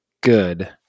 good